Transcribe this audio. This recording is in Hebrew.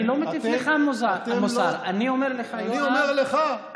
תשמע את ווליד טאהא,